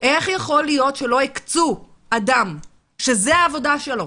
איך יכול להיות שלא הקצו אדם שזו העבודה שלו,